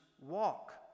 walk